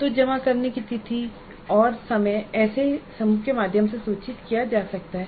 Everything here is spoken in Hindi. तो जमा करने की तिथि और समय ऐसे समूह के माध्यम से सूचित किया जा सकता है